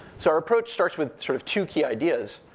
so our approach starts with sort of two key ideas.